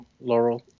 Laurel